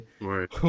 Right